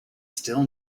still